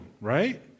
right